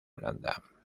blanda